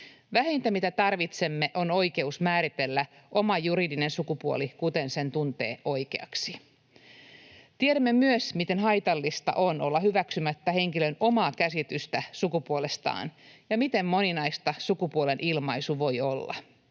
Vähintä, mitä tarvitsemme, on oikeus määritellä oma juridinen sukupuoli, kuten sen tuntee oikeaksi. Tiedämme myös, miten haitallista on olla hyväksymättä henkilön omaa käsitystä sukupuolestaan ja miten moninaista sukupuolen ilmaisu voi olla.